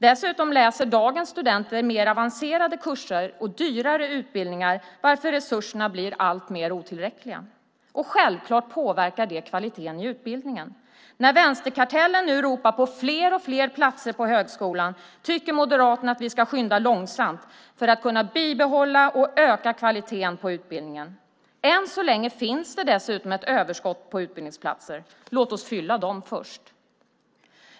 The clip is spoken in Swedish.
Dessutom läser dagens studenter mer avancerade kurser och dyrare utbildningar, vilket gör att resurserna blir alltmer otillräckliga. Självklart påverkar det kvaliteten i utbildningen. När vänsterkartellen nu ropar på fler och fler platser i högskolan tycker Moderaterna att vi ska skynda långsamt för att kunna bibehålla och öka kvaliteten på utbildningen. Än så länge finns det dessutom ett överskott på utbildningsplatser. Låt oss fylla dem först!